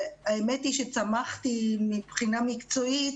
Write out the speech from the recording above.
האמת היא שצמחתי מבחינה מקצועית